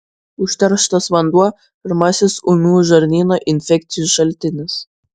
užterštas vanduo pirmasis ūmių žarnyno infekcijų šaltinis